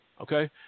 Okay